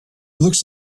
looks